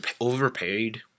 overpaid